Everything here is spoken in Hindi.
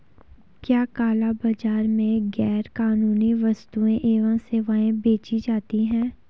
क्या काला बाजार में गैर कानूनी वस्तुएँ एवं सेवाएं बेची जाती हैं?